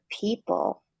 people